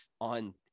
on